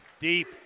Deep